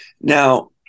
Now